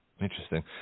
Interesting